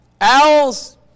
owls